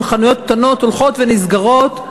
וחנויות קטנות הולכות ונסגרות,